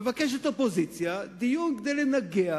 מבקשת האופוזיציה דיון כדי לנגח.